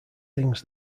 things